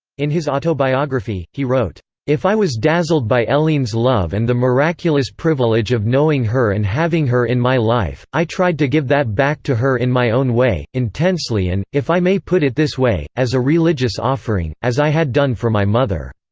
in his autobiography, he wrote if i was dazzled by helene's love and the miraculous privilege of knowing her and having her in my life, i tried to give that back to her in my own way, intensely and, if i may put it this way, as a religious offering, as i had done for my mother.